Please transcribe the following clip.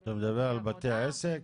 אתה מדבר על בתי העסק?